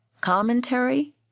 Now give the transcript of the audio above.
Commentary